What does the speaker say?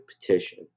petition